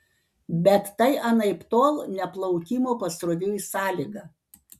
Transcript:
bet tai anaiptol ne plaukimo pasroviui sąlyga